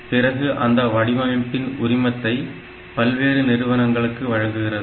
பிறகு அந்த வடிவமைப்பின் உரிமத்தை பல்வேறு நிறுவனங்களுக்கு வழங்குகிறது